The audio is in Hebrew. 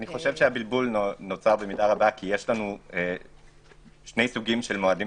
הבלבול נוצר במידה רבה כי יש שני סוגים של מועדים